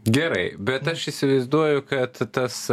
gerai bet aš įsivaizduoju kad tas